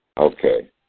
Okay